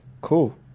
cool